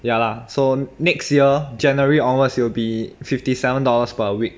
ya lah so next year january onwards it will be fifty seven dollars per week